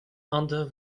under